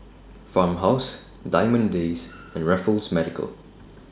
Farmhouse Diamond Days and Raffles Medical